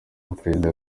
prezida